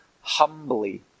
humbly